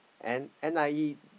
and N_I_E